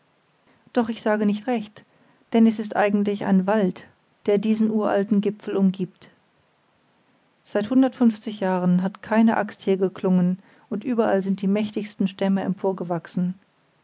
doch ich sage nicht recht denn es ist eigentlich ein wald der diesen uralten gipfel umgibt seit hundertundfunfzig jahren hat keine axt hier geklungen und überall sind die mächtigsten stämme emporgewachsen